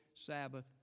Sabbath